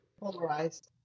polarized